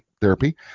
Therapy